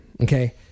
Okay